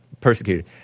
persecuted